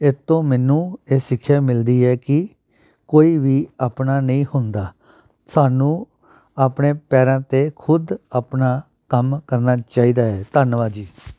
ਇਹ ਤੋਂ ਮੈਨੂੰ ਇਹ ਸਿੱਖਿਆ ਮਿਲਦੀ ਹੈ ਕਿ ਕੋਈ ਵੀ ਆਪਣਾ ਨਹੀਂ ਹੁੰਦਾ ਸਾਨੂੰ ਆਪਣੇ ਪੈਰਾਂ 'ਤੇ ਖੁਦ ਆਪਣਾ ਕੰਮ ਕਰਨਾ ਚਾਹੀਦਾ ਹੈ ਧੰਨਵਾਦ ਜੀ